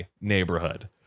neighborhood